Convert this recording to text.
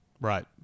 right